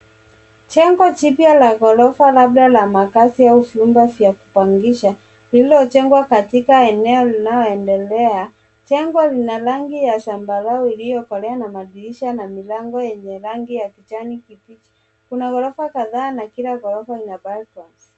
Jengo jipya la ghorofa labda la makazi au vyumba vya kubangisha, lililojengwa katika eneo linaloendelea. Jengo lina rangi ya zambarau iliyokolea na madirisha na milango yenye rangi ya kijani kibichi. Kuna ghorofa kadhaa na kila ghorofa ina (cs)balcons(cs).